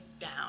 down